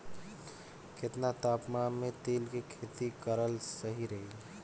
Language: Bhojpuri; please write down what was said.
केतना तापमान मे तिल के खेती कराल सही रही?